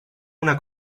una